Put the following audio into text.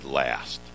last